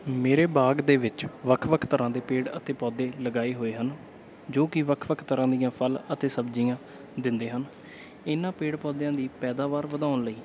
ਮੇਰੇ ਬਾਗ਼ ਦੇ ਵਿੱਚ ਵੱਖ ਵੱਖ ਤਰ੍ਹਾਂ ਦੇ ਪੇੜ ਅਤੇ ਪੌਦੇ ਲਗਾਏ ਹੋਏ ਹਨ ਜੋ ਕਿ ਵੱਖ ਵੱਖ ਤਰ੍ਹਾਂ ਦੀਆਂ ਫਲ ਅਤੇ ਸਬਜ਼ੀਆਂ ਦਿੰਦੇ ਹਨ ਇਹਨਾਂ ਪੇੜ ਪੌਦਿਆਂ ਦੀ ਪੈਦਾਵਾਰ ਵਧਾਉਣ ਲਈ